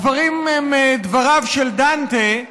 הדברים הם דבריו של דנטה,